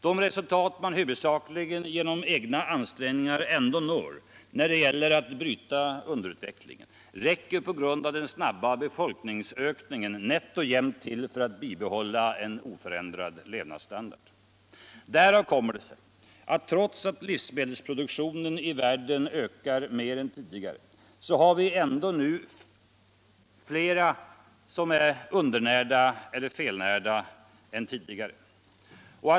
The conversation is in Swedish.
De resultat man huvudsakligen genom egna ansträngningar ändå når, när det gäller att bryta underutvecklingen, räcker på grund av den snabba befolkningsökningen nätt och jämnt till för att bibehålla en oförändrad levnadsstandard. Därav kommer det sig att trots att livsmedelsprodukttonen i världen ökar mer än tidigare, så är det nu flera som är undernärda eller felnärda än tidigare.